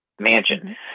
mansion